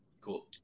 Cool